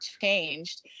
changed